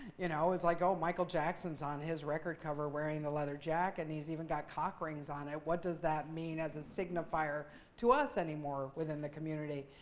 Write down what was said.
you know, it was like, oh, michael jackson's on his record cover wearing the leather jacket. and he's even got cock rings on it. what does that mean as a signifier to us anymore within the community.